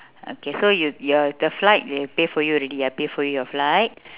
okay so you you're the flight they pay for you already I pay for you your flight